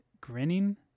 grinning